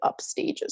upstages